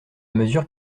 mesure